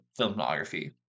filmography